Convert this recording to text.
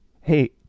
Hey